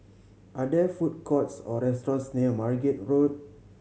are there food courts or restaurants near Margate Road